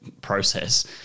process